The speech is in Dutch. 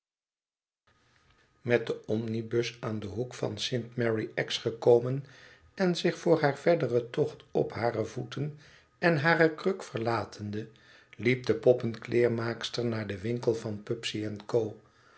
met den omnibus aan den hoek van st mary axe gekomen en zich voor haar verderen tocht op hare voeten en hare kruk verlatende liep de poppenkleermaakster naar den winkel van pubsey en co